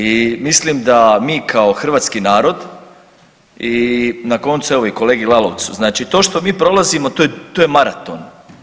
I mislim da mi kao hrvatski narod i na koncu evo i kolegi Lalovcu, to što mi prolazimo to je maraton.